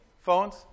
Phones